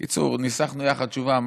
בקיצור, ניסחנו יחד תשובה.